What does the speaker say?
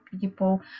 people